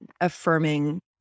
affirming